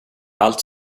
allt